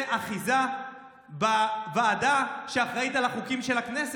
אחיזה בוועדה שאחראית על החוקים של הכנסת.